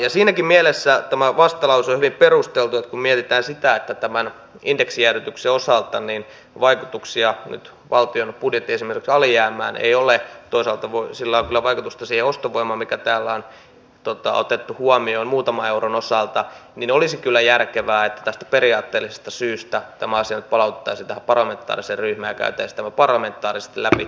siinäkin mielessä tämä vastalause on hyvin perusteltu että kun mietitään sitä että tämän indeksijäädytyksen osalta vaikutuksia nyt valtion budjetin esimerkiksi alijäämään ei ole toisaalta sillä on kyllä vaikutusta siihen ostovoimaan mikä täällä on otettu huomioon muutaman euron osalta niin olisi kyllä järkevää että tästä periaatteellisesta syystä tämä asia nyt palautettaisiin tähän parlamentaariseen ryhmään ja käytäisiin tämä parlamentaarisesti läpi